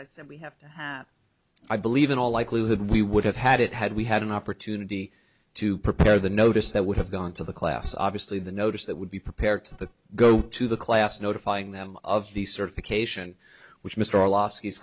we have i believe in all likelihood we would have had it had we had an opportunity to prepare the notice that would have gone to the class obviously the notice that would be prepared to go to the class notifying them of the certification which mr lost his